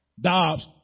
Dobbs